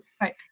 Right